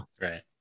Right